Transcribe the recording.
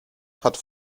hat